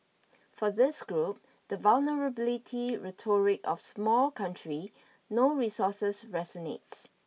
for this group the vulnerability rhetoric of small country no resources resonates